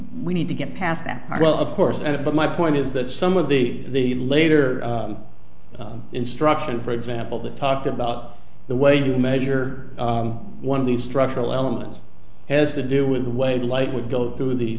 we need to get past that well of course and but my point is that some of the the later instruction for example that talked about the way you measure one of these structural elements has to do with the way the light would go through the